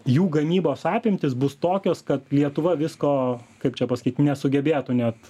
jų gamybos apimtys bus tokios kad lietuva visko kaip čia pasakyt nesugebėtų net